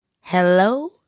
hello